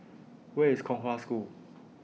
Where IS Kong Hwa School